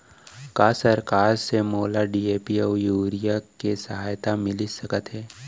का सरकार से मोला डी.ए.पी अऊ यूरिया के सहायता मिलिस सकत हे?